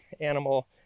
animal